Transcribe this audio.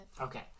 Okay